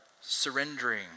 surrendering